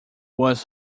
was